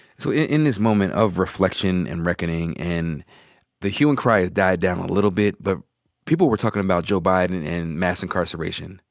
so in this moment of reflection and reckoning and the hue and cry has died down a little bit, but people were talking about joe biden and mass incarceration,